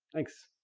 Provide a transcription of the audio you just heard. thanks.